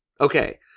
Okay